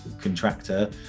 contractor